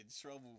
trouble